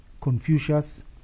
Confucius